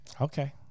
Okay